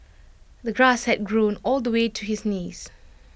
the grass had grown all the way to his knees